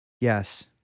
Yes